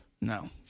No